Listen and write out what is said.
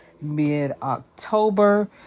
mid-October